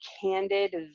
candid